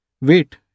Wait